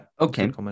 Okay